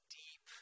deep